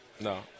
No